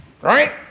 right